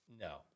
No